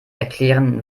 erklären